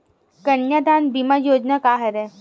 कन्यादान बीमा योजना का हरय?